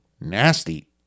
Nasty